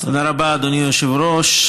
תודה רבה, אדוני היושב-ראש.